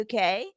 uk